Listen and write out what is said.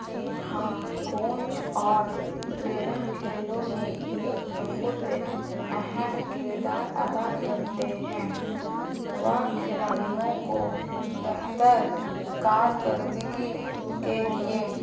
جی ہاں کونچ اور ٹرینر کھیلوں میں ایک بہت اہم کردار ادا کرتے ہیں وہ کھلاڑیوں کو بہتر کارکردگی کے لیے